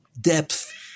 depth